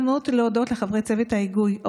לבחון היטב את החזון והמצע החינוכי שלנו לפני